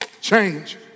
Change